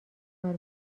کار